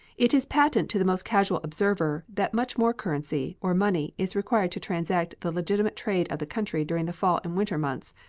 it is patent to the most casual observer that much more currency, or money, is required to transact the legitimate trade of the country during the fall and winter months,